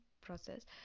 process